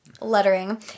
lettering